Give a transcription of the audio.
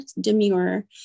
demure